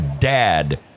dad